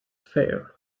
fair